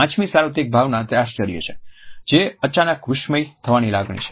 પાંચમી સાર્વત્રિક ભાવના તે 'આશ્ચર્ય' છે જે અચાનક વિસ્મય થવાની લાગણી છે